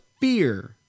fear